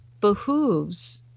behooves